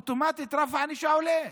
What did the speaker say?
אוטומטית רף הענישה עולה.